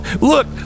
look